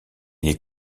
est